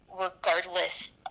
regardless